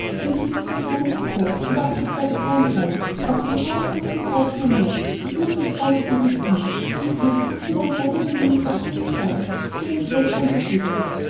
mein schiff ist der kleine faucon auch ich will klein bleiben auch ich habe etwas vom falken an mir ich muß mich frei bewegen können mein flug muß nur von meinem eigenen willen abhängig sein ich bin ein schlechter untergebener